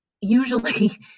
usually